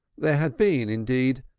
there had been, indeed,